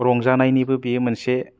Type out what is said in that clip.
रंजानायनिबो बियो मोनसे